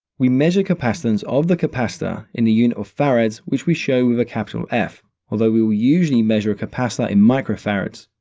we measure capacitance of the capacitor in the unit of farads, which we show with a capital f, although we will usually measure a capacitor in microfarads.